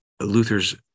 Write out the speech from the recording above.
Luther's